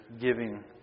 giving